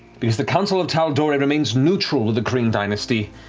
because the council of tal'dorei remains neutral with the kryn dynasty,